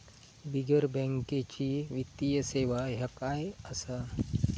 बिगर बँकेची वित्तीय सेवा ह्या काय असा?